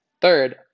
Third